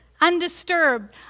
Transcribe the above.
undisturbed